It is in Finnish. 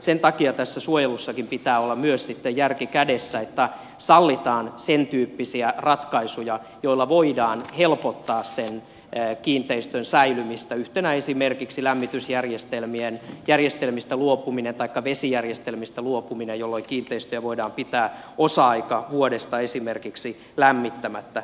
sen takia tässä suojelussakin pitää olla myös sitten järki kädessä että sallitaan sen tyyppisiä ratkaisuja joilla voidaan helpottaa sen kiinteistön säilymistä yhtenä esimerkkinä lämmitysjärjestelmistä luopuminen taikka vesijärjestelmistä luopuminen jolloin kiinteistöjä voidaan pitää osan aikaa vuodesta esimerkiksi lämmittämättä